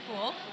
cool